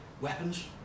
weapons